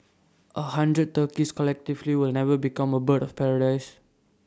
A hundred turkeys collectively will never become A bird of paradise